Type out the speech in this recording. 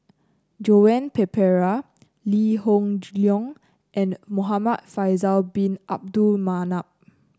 Joan Pereira Lee Hoon Leong and Muhamad Faisal Bin Abdul Manap